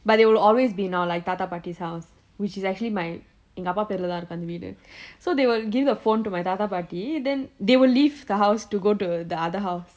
but they will always be know like தாத்தா பாட்டி:thaathaa paatti house which is actually my எங்க அப்பா பேருலே தான் இருக்கு அந்த வீடு:enga appa perule thaan irukku antha veedu so they will give the phone to my then they will leave the house to go to the other house